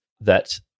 that-